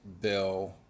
bill